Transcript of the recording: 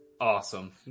awesome